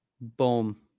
Boom